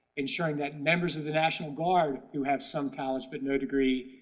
ensuring that members of the national guard, who have some college but no degree,